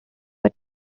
but